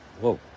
whoa